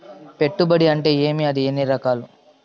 పెట్టుబడి అంటే ఏమి అది ఎన్ని రకాలు